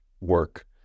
work